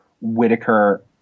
Whitaker